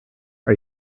are